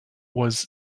was